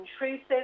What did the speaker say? intrusive